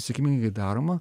sėkmingai daroma